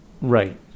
right